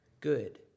good